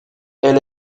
elle